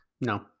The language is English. No